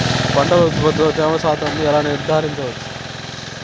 పంటల ఉత్పత్తిలో తేమ శాతంను ఎలా నిర్ధారించవచ్చు?